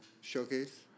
Showcase